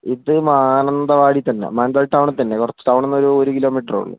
ഇത് മാനന്തവാടിയില്ത്തന്നെയാണ് മാനന്തവാടി ടൗണില്ത്തന്നെയാണ് കുറച്ച് ടൗണില്നിന്നൊരു ഒരു കിലോമീറ്ററേ ഉള്ളു